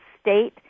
State